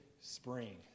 spring